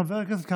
חבר הכנסת קרעי,